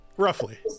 roughly